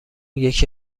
یکی